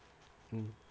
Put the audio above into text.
mm